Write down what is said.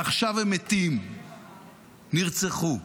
עכשיו הם מתים, נרצחו.